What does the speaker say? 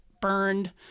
burned